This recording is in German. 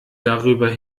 darüber